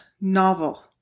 novel